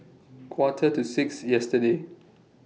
Quarter to six yesterday